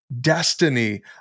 destiny